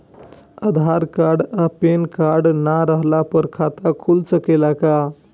आधार card आ PAN card ना रहला पर खाता खुल सकेला का?